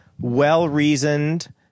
well-reasoned